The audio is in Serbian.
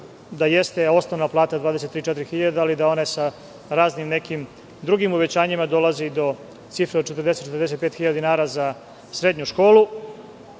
da jeste osnovna plata 23-24.000, ali da one sa raznim nekim drugim uvećanjima dolaze i do cifre od 40-45.000 dinara za srednju školu.